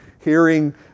hearing